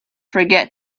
forget